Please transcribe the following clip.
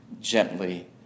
gently